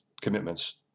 commitments